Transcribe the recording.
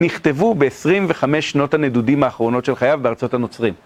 נכתבו ב-25 שנות הנדודים האחרונות של חייו בארצות הנוצרים.